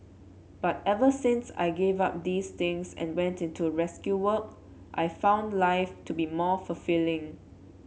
but ever since I gave up these things and went into rescue work I've found life to be more fulfilling